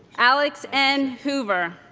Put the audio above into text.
alix n. hoover